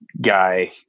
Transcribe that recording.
guy